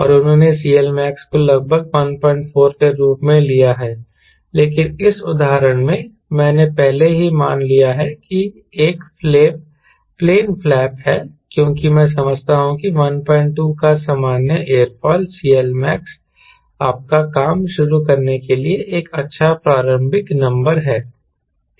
और उन्होंने CLmax को लगभग 14 के रूप में लिया है लेकिन इस उदाहरण में मैंने पहले ही मान लिया है कि एक प्लेन फ्लैप है क्योंकि मैं समझता हूं कि 12 का सामान्य एयरफॉइल CLmax आपका काम शुरू करने के लिए एक अच्छा प्रारंभिक नंबर है ठीक है